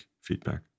feedback